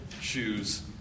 shoes